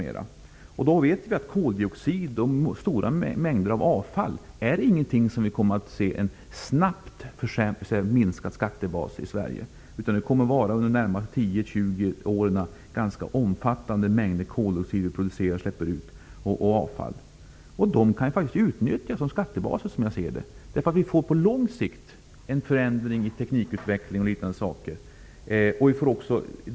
Vi vet att vi i Sverige inte kommer att få se någon snabb minskning av skattebasen för koldioxid och avfall, utan vi kommer under de närmaste 10--20 åren att producera och släppa ut ganska omfattande mängder koldioxid och avfall. Som jag ser det kan detta faktiskt utnyttjas som skattebaser. Vi får nämligen på lång sikt en förändring i t.ex. teknikutveckling.